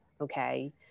okay